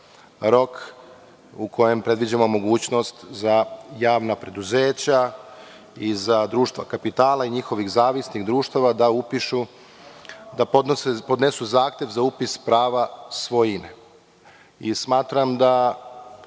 rok u kojem predviđamo mogućnost za javna preduzeća i za društva kapitala i njihovih zavisnih društava da upišu, da podnesu zahtev za upis prava svojine. Smatram, da